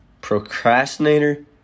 procrastinator